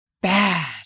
bad